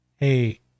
Hey